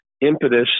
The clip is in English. impetus